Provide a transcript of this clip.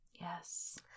yes